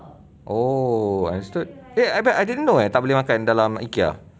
oh understood eh I a~ I didn't know eh tak boleh makan dalam ikea